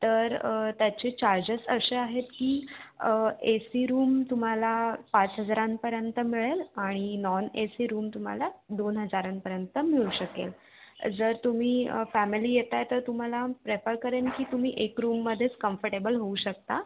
तर त्याचे चार्जेस असे आहेत की ए सी रूम तुम्हाला पाच हजारांपर्यंत मिळेल आणि नॉन ए सी रूम तुम्हाला दोन हजारांपर्यंत मिळू शकेल जर तुम्ही फॅमिली येत आहे तर तुम्हाला प्रेफर करेन की तुम्ही एका रूममध्येच कम्फर्टेबल होऊ शकता